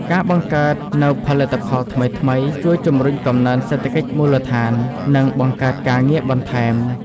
ការបង្កើតនូវផលិតផលថ្មីៗជួយជំរុញកំណើនសេដ្ឋកិច្ចមូលដ្ឋាន និងបង្កើតការងារបន្ថែម។